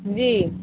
جی